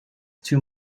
too